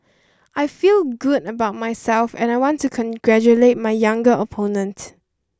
I feel good about myself and I want to congratulate my younger opponent